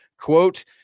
Quote